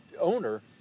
owner